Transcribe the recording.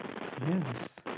Yes